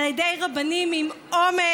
על ידי רבנים עם אומץ,